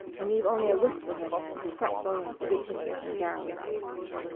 and leave only a wisp of a man, fretful and egotistic and garrulous.